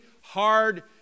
hard